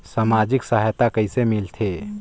समाजिक सहायता कइसे मिलथे?